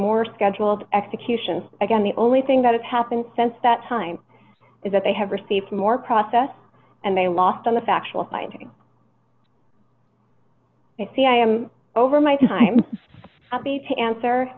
more scheduled executions again the only thing that has happened since that time is that they have received more process and they lost on the factual finding you see i am over my time be to answer